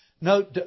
Note